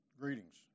greetings